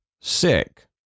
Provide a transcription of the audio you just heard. sick